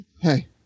hey